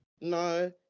No